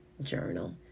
journal